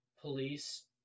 police